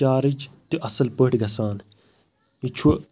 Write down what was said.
charge تہِ اصل پٲٹھۍ گژھان یہِ چھُ